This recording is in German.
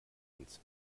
uns